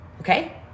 Okay